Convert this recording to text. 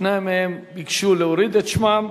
שניים מהם ביקשו להוריד את שמם.